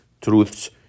truths